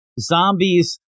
Zombies